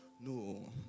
No